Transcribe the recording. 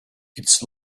its